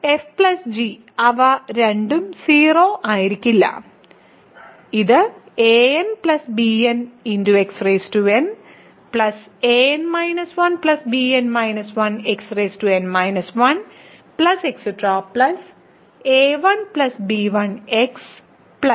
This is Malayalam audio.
f g അവ രണ്ടും 0 ആയിരിക്കില്ല ഇത് an bnxn an 1 bn 1xn 1 a1b1x a0b0